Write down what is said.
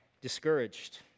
discouraged